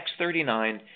X39